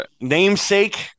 Namesake